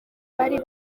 bari